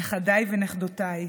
נכדיי ונכדותיי,